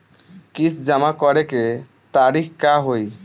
किस्त जमा करे के तारीख का होई?